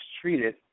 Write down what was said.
treated